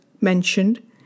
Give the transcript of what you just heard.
mentioned